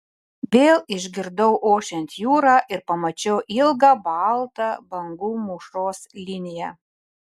vėl išgirdau ošiant jūrą ir pamačiau ilgą baltą bangų mūšos liniją